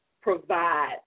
provide